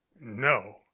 No